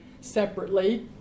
separately